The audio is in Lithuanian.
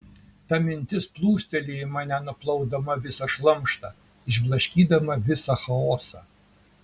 ta mintis plūsteli į mane nuplaudama visą šlamštą išblaškydama visą chaosą